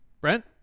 Brent